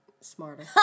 Smarter